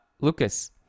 Lucas